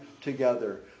together